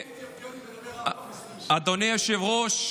אדוני היושב-ראש,